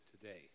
today